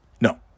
no